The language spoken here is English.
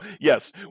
yes